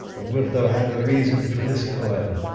and wilt thou have a reason for this coil?